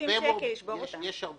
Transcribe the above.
שקלים